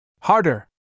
Harder